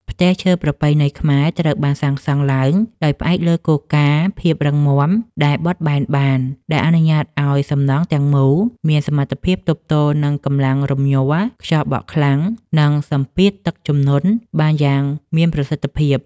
ផ្ទះឈើប្រពៃណីខ្មែរត្រូវបានសាងសង់ឡើងដោយផ្អែកលើគោលការណ៍ ភាពរឹងមាំដែលបត់បែនបាន ដែលអនុញ្ញាតឱ្យសំណង់ទាំងមូលមានសមត្ថភាពទប់ទល់នឹងកម្លាំងរំញ័រ ខ្យល់បក់ខ្លាំង និងសម្ពាធទឹកជំនន់បានយ៉ាងមានប្រសិទ្ធភាព។